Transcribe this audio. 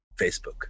Facebook